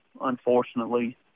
unfortunately